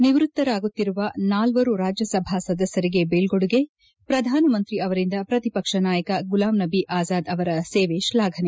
ನಿವೃತ್ತರಾಗುತ್ತಿರುವ ನಾಲ್ವರು ರಾಜ್ಯಸಭಾ ಸದಸ್ಯರಿಗೆ ಬೀಳ್ಕೊಡುಗೆ ಪ್ರಧಾನಮಂತ್ರಿ ಅವರಿಂದ ಪ್ರತಿಪಕ್ಷ ನಾಯಕ ಗುಲಾಂ ನಬಿ ಆಜಾದ್ ಅವರ ಸೇವೆ ಶ್ಲಾಫನೆ